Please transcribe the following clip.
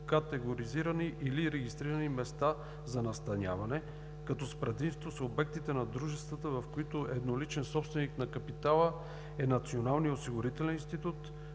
категоризирани или регистрирани места за настаняване, като с предимство са обектите на дружествата, в които едноличен собственик на капитала е Националният осигурителен институт,